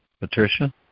Patricia